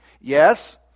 Yes